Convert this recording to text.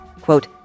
quote